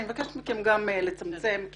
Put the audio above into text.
אני מבקשת לצמצם בדיבור כי